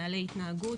נהליי התנהגות.